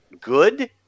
good